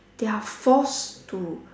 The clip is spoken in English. they are forced to